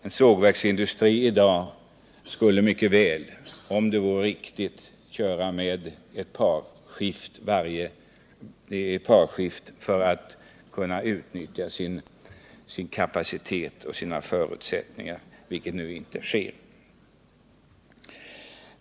En sågverksindustri i dag skulle mycket väl, om det hela vore riktigt upplagt, kunna köra med parskift för att utnyttja sin kapacitet och sina förutsättningar, vilket nu inte sker.